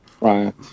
right